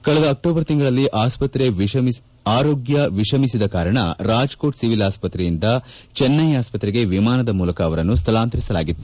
ಕಳೆದ ಅಕ್ಟೋಬರ್ ತಿಂಗಳಲ್ಲಿ ಆರೋಗ್ಯ ವಿಶಮಿಸಿದ ಕಾರಣ ರಾಜ್ಕೋಟ್ ಸಿವಿಲ್ ಆಸ್ಪತ್ರೆಯಿಂದ ಚೆನ್ಟೈ ಆಸ್ಪತ್ರೆಗೆ ವಿಮಾನದ ಮೂಲಕ ಸ್ಥಳಾಂತರಿಸಲಾಗಿತ್ತು